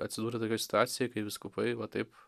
atsidūrė tokioj situacijoj kai vyskupai va taip